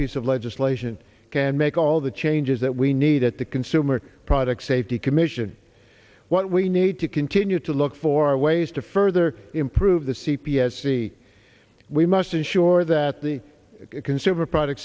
piece of legislation can make all the changes that we need at the consumer product safety commission what we need to continue to look for ways to further improve the c p s see we must ensure that the consumer product